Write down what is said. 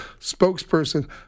spokesperson